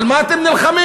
על מה אתם נלחמים?